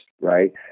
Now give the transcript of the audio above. right